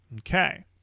okay